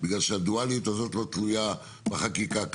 מכיוון שהדואליות הזאת לא תלויה בחקיקה כאן,